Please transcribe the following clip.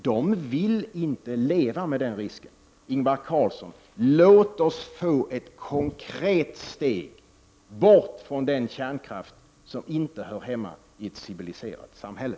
De vill inte leva med den risken. Ingvar Carlsson, låt oss få ett konkret steg bort från den kärnkraft som inte hör hemma i ett civiliserat samhälle.